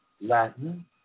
Latin